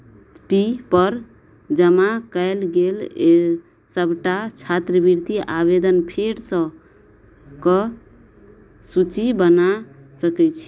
पी पर जमा कयल गेल सभटा छात्रवृति आवेदन फेरसँ कऽ सूची बना सकैत छी